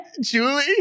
Julie